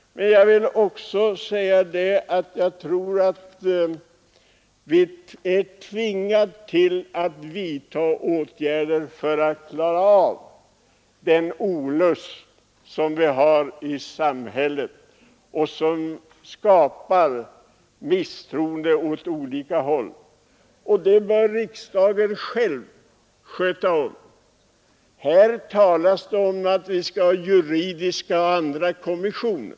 Men jag tror också att vi är tvingade att vidta åtgärder för att vända den olust som finns i samhället och som skapar misstroende åt olika håll. Det bör riksdagen själv sköta om, men här talas det om att vi skall ha juridiska och andra kommissioner.